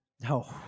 No